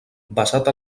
basat